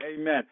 amen